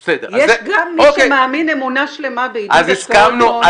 יש גם מי שמאמין אמונה שלמה ב- -- ולא